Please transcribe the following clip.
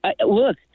look